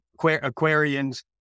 Aquarians